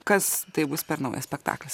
kas tai bus per naujas spektaklis